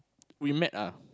we met ah